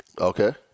Okay